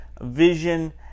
vision